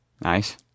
nice